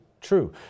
true